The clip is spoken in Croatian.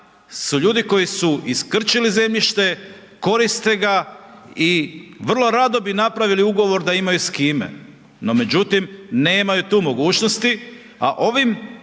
Hvala g.